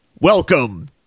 welcome